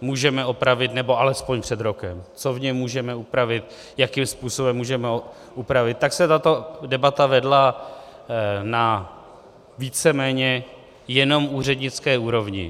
můžeme opravit, nebo alespoň před rokem, co v něm můžeme upravit, jakým způsobem ho můžeme upravit, tak se tato debata vedla na víceméně jenom úřednické úrovni.